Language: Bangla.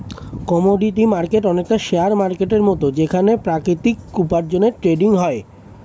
কমোডিটি মার্কেট অনেকটা শেয়ার মার্কেটের মত যেখানে প্রাকৃতিক উপার্জনের ট্রেডিং হয়